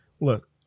Look